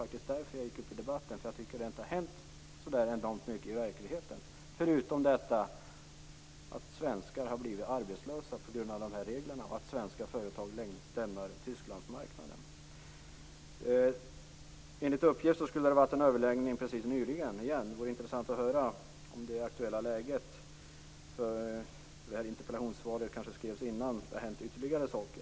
Jag gick upp i debatten därför att jag tycker att det inte har hänt så mycket i verkligheten, förutom detta att svenskar har blivit arbetslösa på grund av dessa regler och att svenska företag lämnar Enligt uppgift skall det nyligen ha varit en överläggning igen. Det skulle vara intressant att höra om det aktuella läget. Interpellationssvaret kanske skrevs innan, och det kan ha hänt ytterligare saker.